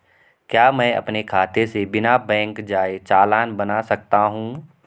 क्या मैं अपने खाते से बिना बैंक जाए चालान बना सकता हूँ?